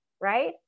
right